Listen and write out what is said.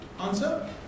Answer